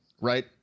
right